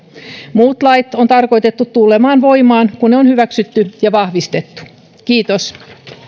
muut lait on tarkoitettu tulemaan voimaan kun ne on hyväksytty ja vahvistettu kiitos